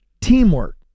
teamwork